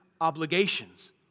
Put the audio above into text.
obligations